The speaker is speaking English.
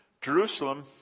Jerusalem